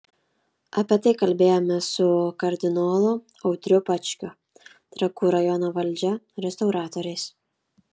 apie tai kalbėjomės su kardinolu audriu bačkiu trakų rajono valdžia restauratoriais